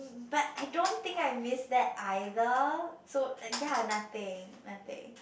but I don't think I miss that either so ya nothing nothing